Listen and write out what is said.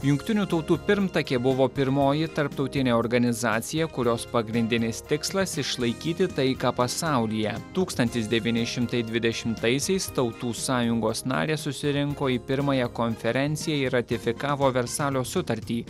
jungtinių tautų pirmtakė buvo pirmoji tarptautinė organizacija kurios pagrindinis tikslas išlaikyti taiką pasaulyje tūkstantis devyni šimtai dvidešimtaisiais tautų sąjungos narės susirinko į pirmąją konferenciją ir ratifikavo versalio sutartį